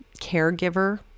caregiver